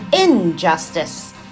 injustice